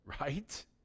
right